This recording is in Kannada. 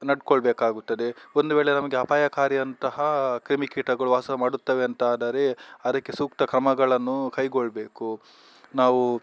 ನಡ್ಕೊಳ್ಬೇಕಾಗುತ್ತದೆ ಒಂದು ವೇಳೆ ನಮಗೆ ಅಪಾಯಕಾರಿಯಂತಹ ಕ್ರಿಮಿ ಕೀಟಗಳು ವಾಸ ಮಾಡುತ್ತವೆ ಅಂತಾದರೆ ಅದಕ್ಕೆ ಸೂಕ್ತ ಕ್ರಮಗಳನ್ನು ಕೈಗೊಳ್ಳಬೇಕು ನಾವು